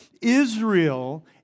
Israel